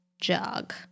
jog